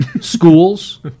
schools